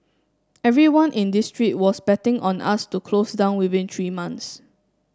everyone in this street was betting on us to close down within three months